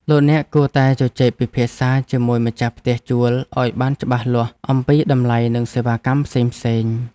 លោកអ្នកគួរតែជជែកពិភាក្សាជាមួយម្ចាស់ផ្ទះជួលឱ្យបានច្បាស់លាស់អំពីតម្លៃនិងសេវាកម្មផ្សេងៗ។